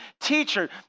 teacher